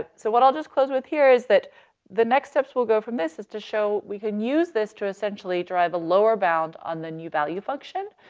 ah so what i'll just close with here is that the next steps we'll go from this is to show we can use this to essentially derive a lower bound on the new value function.